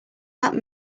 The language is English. that